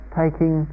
taking